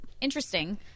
interesting